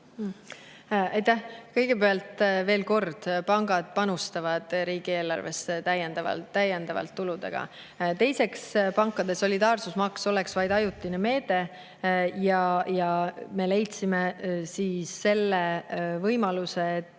Kõigepealt, veel kord: pangad panustavad riigieelarvesse täiendavalt tuludega. Teiseks, pankade solidaarsusmaks oleks vaid ajutine meede ja me leidsime selle võimaluse, et